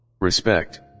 Respect